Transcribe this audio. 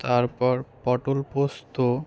তারপর পটল পোস্ত